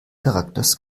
charakters